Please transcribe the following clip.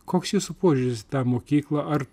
koks jūsų požiūris į tą mokyklą ar